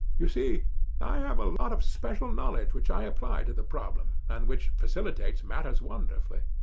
you see i have a lot of special knowledge which i apply to the problem, and which facilitates matters wonderfully.